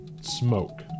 smoke